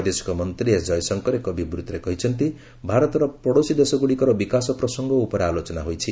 ବୈଦେଶିକ ମନ୍ତ୍ରୀ ଏସ୍ ଜୟଶଙ୍କର ଏକ ବିବୃତ୍ତିରେ କହିଛନ୍ତି ଭାରତର ପଡ଼ୋଶୀ ଦେଶଗ୍ରଡ଼ିକର ବିକାଶ ପ୍ରସଙ୍ଗ ଉପରେ ଆଲୋଚନା ହୋଇଛି